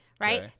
Right